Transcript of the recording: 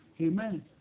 Amen